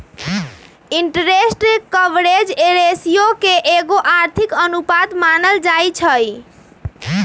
interest coverage ratio के एगो आर्थिक अनुपात मानल जाइ छइ